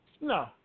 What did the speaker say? No